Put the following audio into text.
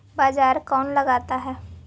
बाजार कौन लगाता है?